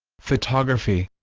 photography